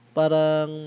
parang